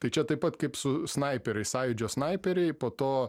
tai čia taip pat kaip su snaiperiais sąjūdžio snaiperiai po to